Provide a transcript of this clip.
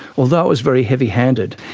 although it was very heavy-handed,